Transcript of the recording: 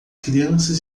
crianças